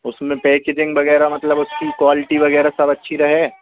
उसमें पैकेजिन्ग वग़ैरह मतलब उसकी क्वालिटी वग़ैरह सब अच्छी रहे